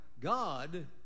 God